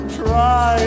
try